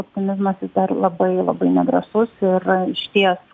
optimizmas jis dar labai labai nedrąsus ir išties